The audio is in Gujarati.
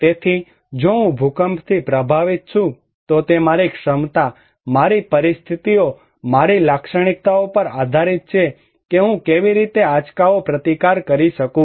તેથી જો હું ભૂકંપથી પ્રભાવિત છું તો તે મારી ક્ષમતા મારી પરિસ્થિતિઓ મારી લાક્ષણિકતાઓ પર આધારીત છે કે હું કેવી રીતે આંચકાનો પ્રતિકાર કરી શકું